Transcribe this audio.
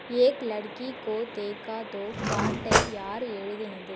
ஏக் லடுகி கோ தேகா தோ பாட்டை யார் எழுதினது